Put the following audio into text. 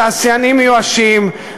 התעשיינים מיואשים,